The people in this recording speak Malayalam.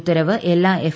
ഉത്തരവ് എല്ലാ എഫ്